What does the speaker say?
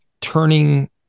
turning